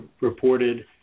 reported